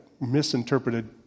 misinterpreted